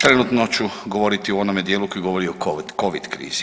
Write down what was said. Trenutno ću govoriti o onome dijelu koji govori o covid krizi.